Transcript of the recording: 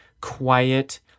quiet